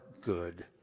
good